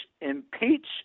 impeach